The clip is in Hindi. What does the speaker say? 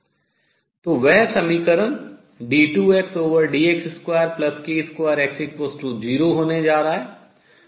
तो वह समीकरण d2Xdx2k2X0 होने जा रहा है जो मुझे किसी x पर XxAsinkxBcoskx देता है